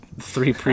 three